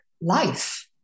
life